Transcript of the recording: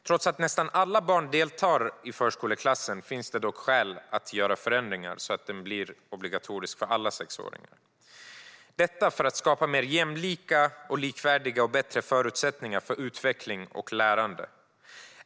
Trots att nästan alla barn deltar i förskoleklassen finns det dock skäl att göra förändringar så att den blir obligatorisk för alla sexåringar - detta för att skapa mer jämlika, likvärdiga och bättre förutsättningar för utveckling och lärande.